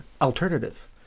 alternative